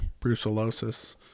brucellosis